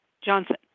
Johnson